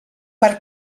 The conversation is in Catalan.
per